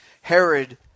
Herod